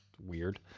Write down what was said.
weird